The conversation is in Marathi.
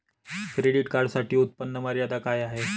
क्रेडिट कार्डसाठी उत्त्पन्न मर्यादा काय आहे?